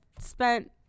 spent